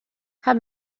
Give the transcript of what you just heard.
had